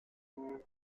sociale